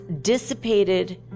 dissipated